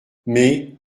mais